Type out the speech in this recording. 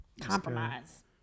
Compromise